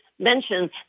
mentioned